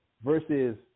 versus